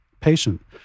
patient